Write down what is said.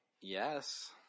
Yes